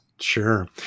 Sure